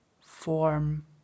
form